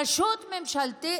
רשות ממשלתית,